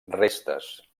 restes